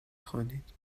خوانید